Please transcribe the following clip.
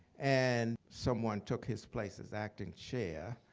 and someone took his place as acting chair.